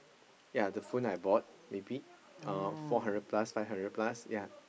ya the phone I bought maybe uh four hundred plus five hundred plus ya